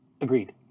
Agreed